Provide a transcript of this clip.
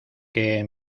que